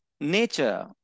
nature